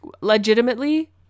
legitimately